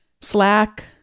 Slack